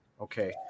Okay